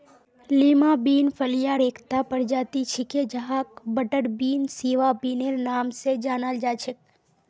Lima bean फलियार एकता प्रजाति छिके जहाक बटरबीन, सिवा बिनेर नाम स जानाल जा छेक